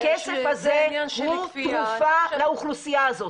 הכסף הזה הוא תרופה לאוכלוסייה הזאת.